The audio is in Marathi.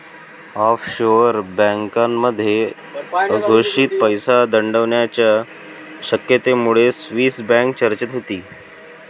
ऑफशोअर बँकांमध्ये अघोषित पैसा दडवण्याच्या शक्यतेमुळे स्विस बँक चर्चेत होती